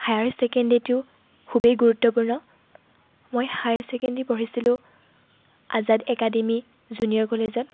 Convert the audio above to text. higher ছেকেণ্ডেৰীটো খুবেই গুৰুত্বপূৰ্ণ মই হায়াৰ ছেকেণ্ডেৰী পঢ়িছিলোঁ আজাদ একাডেমি জুনিয়ৰ কলেজত